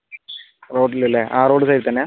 റോട്ടിൽ അല്ലേ ആ റോഡ് സൈഡിൽ തന്നെയാ